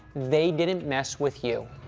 they didn't mess with you.